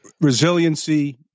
resiliency